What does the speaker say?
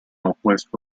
opuesto